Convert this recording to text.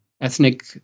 ethnic